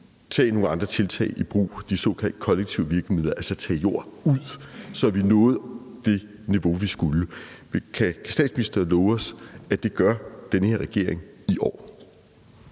nogle andre tiltag – de såkaldte kollektive virkemidler – altså tage jorder ud, så vi nåede det niveau, vi skulle. Kan statsministeren love os, at det gør den her regering i år?